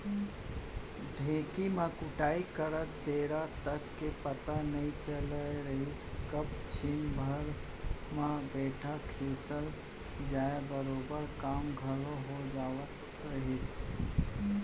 ढेंकी म कुटई करत बेरा तक के पता नइ चलत रहिस कब छिन भर म बेटा खिसल जाय बरोबर काम घलौ हो जावत रहिस